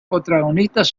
protagonistas